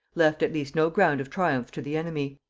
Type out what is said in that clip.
left at least no ground of triumph to the enemy.